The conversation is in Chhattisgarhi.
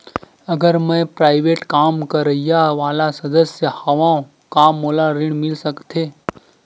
अगर मैं प्राइवेट काम करइया वाला सदस्य हावव का मोला ऋण मिल सकथे?